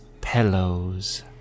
pillows